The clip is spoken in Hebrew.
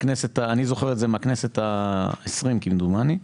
אני זוכר את זה מהכנסת ה-20 כמדומני,